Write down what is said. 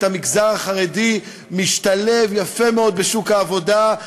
המגזר החרדי משתלב יפה מאוד בשוק העבודה,